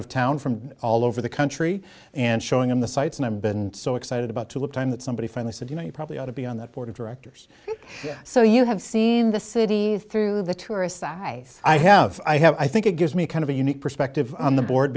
of town from all over the country and showing them the sights and i've been so excited about to look time that somebody finally said you know you probably ought to be on the board of directors so you have seen the city through the tourists i i have i have i think it gives me kind of a unique perspective on the board